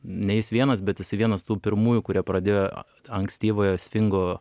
ne jis vienas bet jisai vienas tų pirmųjų kurie pradėjo ankstyvojo svingo